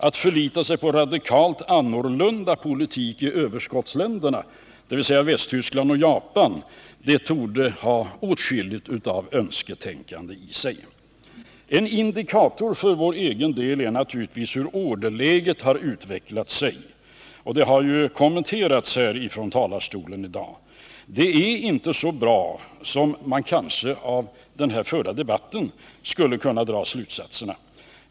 Att förlita sig på en radikalt annorlunda politik i överskottsländerna, dvs. Västtyskland och Japan, torde ha åtskilligt av önsketänkande i sig. En indikator för vår egen del är naturligtvis hur orderläget har utvecklat sig, och detta har också kommenterats från talarstolen här i dag. Det är inte så bra som slutsatserna av den här förda debatten skulle kunna bli.